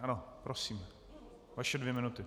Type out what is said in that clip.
Ano, prosím, vaše dvě minuty.